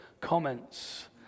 comments